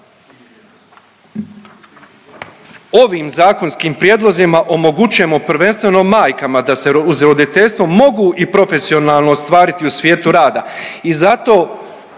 Ovim zakonskim prijedlozima omogućujemo prvenstveno majkama da se uz roditeljstvo mogu i profesionalno ostvariti u svijetu rada